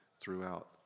throughout